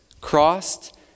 crossed